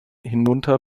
hinunter